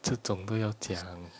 这种都要讲